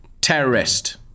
terrorist